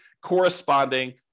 corresponding